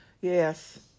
Yes